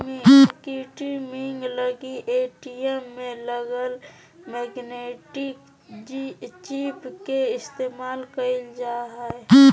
skimming लगी ATM में लगल मैग्नेटिक चिप के इस्तेमाल कइल जा हइ